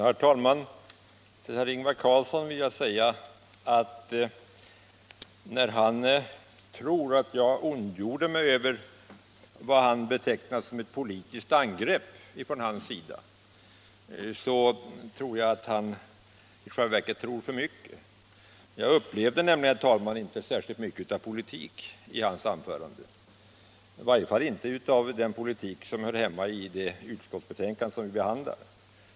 Herr talman! När herr Ingvar Carlsson tror att jag ondgjorde mig över vad han betecknar som ett politiskt angrepp från hans sida, så tror han i själva verket för mycket. Jag upplevde nämligen, herr talman, inte särskilt mycket av politik i hans anförande — i varje fall inte av den politik som hör hemma i det utskottsbetänkande som vi behandlar.